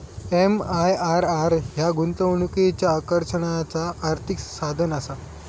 MIRR ह्या गुंतवणुकीच्या आकर्षणाचा आर्थिक साधनआसा